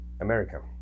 America